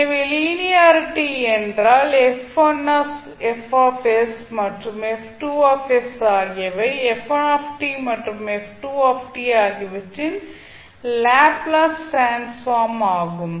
எனவே லீனியரிட்டி என்றால் F1 மற்றும் F2 ஆகியவை f1 மற்றும் f2 ஆகியவற்றின் லாப்ளேஸ் டிரான்ஸ்ஃபார்ம் ஆகும்